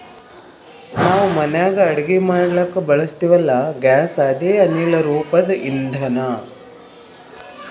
ನಾವ್ ಮನ್ಯಾಗ್ ಅಡಗಿ ಮಾಡ್ಲಕ್ಕ್ ಬಳಸ್ತೀವಲ್ಲ, ಗ್ಯಾಸ್ ಅದೇ ಅನಿಲ್ ರೂಪದ್ ಇಂಧನಾ